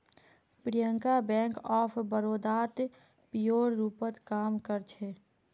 Priyanka bank of बड़ौदात पीओर रूपत काम कर छेक